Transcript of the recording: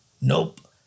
Nope